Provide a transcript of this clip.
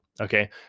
Okay